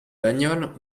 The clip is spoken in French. bagnole